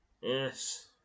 yes